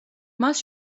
მას